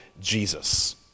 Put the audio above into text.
Jesus